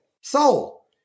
soul